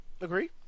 Agree